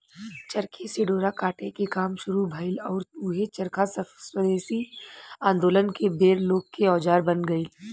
चरखे से डोरा काटे के काम शुरू भईल आउर ऊहे चरखा स्वेदेशी आन्दोलन के बेर लोग के औजार बन गईल